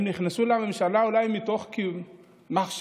הם נכנסו לממשלה אולי מתוך מחשבה